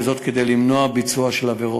כדי למנוע עבירות.